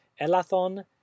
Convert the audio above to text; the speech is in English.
elathon